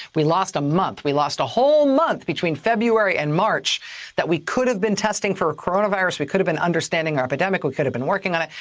we lost a month. we lost a whole month between february and march that we could have been testing for coronavirus. we could have been understanding our epidemic. we could have been working on it.